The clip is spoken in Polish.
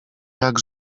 jak